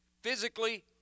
Physically